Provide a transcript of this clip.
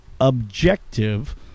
objective